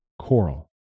Coral